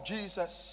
Jesus